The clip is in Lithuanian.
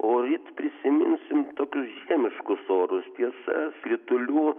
o ryt prisiminsim tokius žiemiškus orus tiesa kritulių